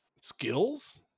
Skills